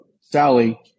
Sally